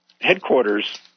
headquarters